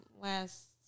last